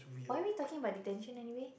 why are we talking about detention anyway